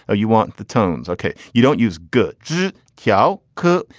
ah you want the tones. okay. you don't use good good kyo cook.